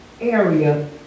area